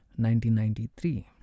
1993